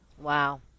Wow